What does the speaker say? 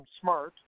smart